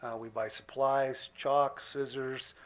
we buy supplies, chalk, scissors,